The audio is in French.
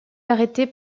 arrêter